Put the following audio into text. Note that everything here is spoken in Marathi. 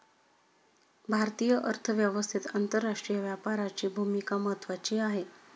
भारतीय अर्थव्यवस्थेत आंतरराष्ट्रीय व्यापाराची भूमिका महत्त्वाची आहे